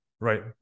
Right